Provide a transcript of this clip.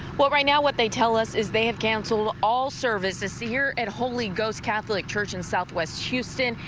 well right now what they tell us is they have canceled all services see here at holy ghost catholic church in southwest houston.